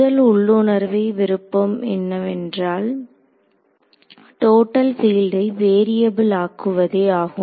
முதல் உள்ளுணர்வு விருப்பம் என்னவென்றால் டோட்டல் பீல்ட்டை வேரியபுள் ஆக்குவதே ஆகும்